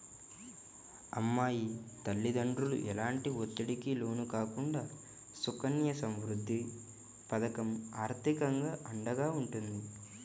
అమ్మాయి తల్లిదండ్రులు ఎలాంటి ఒత్తిడికి లోను కాకుండా సుకన్య సమృద్ధి పథకం ఆర్థికంగా అండగా ఉంటుంది